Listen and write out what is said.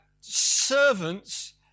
servants